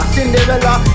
Cinderella